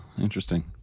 interesting